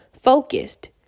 focused